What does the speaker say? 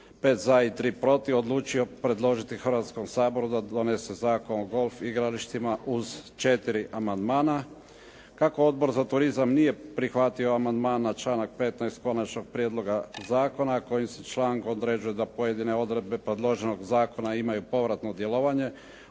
5 za i 3 protiv odlučio predložiti Hrvatskom saboru da donese Zakon o golf igralištima uz četiri amandmana. Kako Odbor za turizam nije prihvatio amandman na članak 15. Konačnog prijedloga zakona, a kojim se člankom određuje da pojedine odredbe predloženog zakona imaju povratno djelovanje,